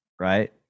right